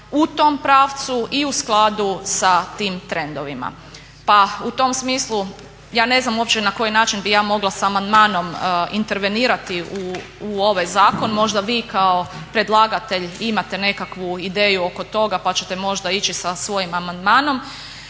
u tom pravcu i u skladu sa tim trendovima. Pa u tom smislu ja ne znam uopće na koji način bi ja mogla s amandmanom intervenirati u ovaj zakon. Možda vi kao predlagatelj imate nekakvu ideju oko toga pa ćete možda ići sa svojim amandmanom,